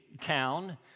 town